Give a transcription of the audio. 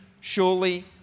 surely